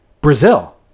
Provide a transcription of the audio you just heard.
Brazil